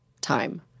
time